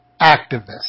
activists